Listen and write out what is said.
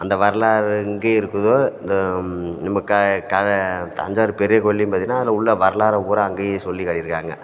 அந்த வரலாறு எங்கே இருக்குதோ இந்த நம்ம க கர தஞ்சாவூர் பெரிய கோயில்லேயும் பார்த்தீங்கன்னா அதில் உள்ள வரலாறை பூராவும் அங்கேயும் சொல்லி காட்டியிருக்காங்க